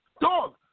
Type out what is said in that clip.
Dog